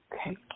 Okay